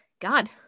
God